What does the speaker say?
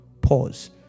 Pause